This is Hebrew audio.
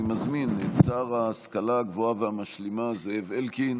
אני מזמין את שר ההשכלה הגבוהה והמשלימה זאב אלקין